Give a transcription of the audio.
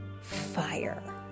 fire